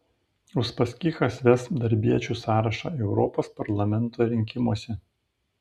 uspaskichas ves darbiečių sąrašą europos parlamento rinkimuose